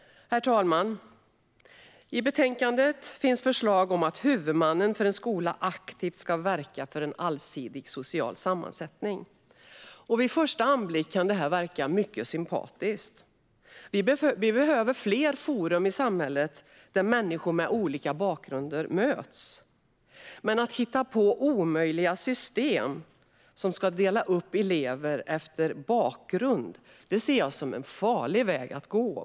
Herr talman! I betänkandet finns förslag om att huvudmannen för en skola aktivt ska verka för en allsidig social sammansättning. Vid första anblick kan detta verka mycket sympatiskt; vi behöver fler forum i samhället där människor med olika bakgrunder möts. Men att hitta på omöjliga system som ska dela upp elever efter bakgrund ser jag som en farlig väg att gå.